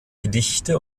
gedichte